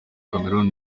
cameroon